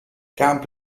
camp